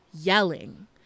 yelling